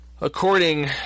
according